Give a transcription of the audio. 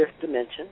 dimension